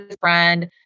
friend